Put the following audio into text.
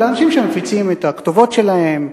אלא אנשים שמפיצים את הכתובות שלהם,